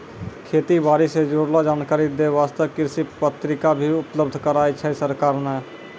खेती बारी सॅ जुड़लो जानकारी दै वास्तॅ कृषि पत्रिका भी उपलब्ध कराय छै सरकार नॅ